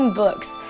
books